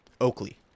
Oakley